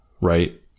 right